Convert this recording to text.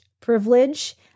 privilege